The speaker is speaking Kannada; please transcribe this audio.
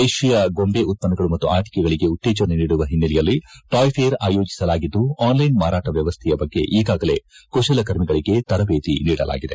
ದೇಹೀಯ ಗೊಂಬೆ ಉತ್ಪನ್ನಗಳು ಮತ್ತು ಆಟಕಗಳಿಗೆ ಉತ್ತೇಜನ ನೀಡುವ ಹಿನ್ನಲೆಯಲ್ಲಿ ಟಾಯ್ ಫೇರ್ ಅಯೋಜಿಸಲಾಗಿದ್ದು ಆನ್ ಲೈನ್ ಮಾರಾಟ ವ್ವವಸ್ಥೆಯ ಬಗ್ಗೆ ಈಗಾಗಲೆ ಕುಶಲಕರ್ಮಿಗಳಿಗೆ ತರಬೇತಿ ನೀಡಲಾಗಿದೆ